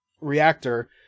reactor